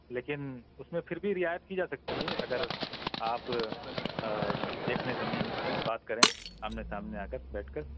لیکن اس میں پھر بھی رعایت کی جا سکتی ہے اگر آپ دیکھ لیں زمین اور بات کریں آمنے سامنے آ کر بیٹھ کر